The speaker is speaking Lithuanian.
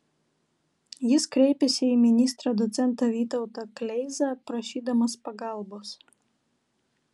jis kreipėsi į ministrą docentą vytautą kleizą prašydamas pagalbos